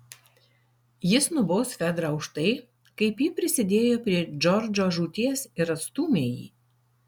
jis nubaus fedrą už tai kaip ji prisidėjo prie džordžo žūties ir atstūmė jį